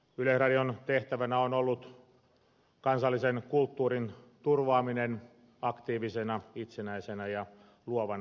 yleisradion tehtävänä on ollut kansallisen kulttuurin turvaaminen aktiivisena itsenäisenä ja luovana välineenä